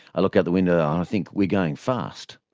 i look out the window and i think we're going fast.